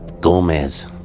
Gomez